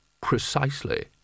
precisely